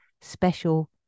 special